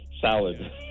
salad